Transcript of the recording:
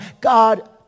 God